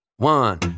One